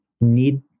need